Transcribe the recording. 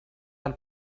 del